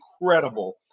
incredible